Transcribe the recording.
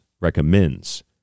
recommends